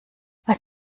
als